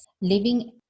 living